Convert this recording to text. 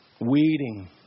weeding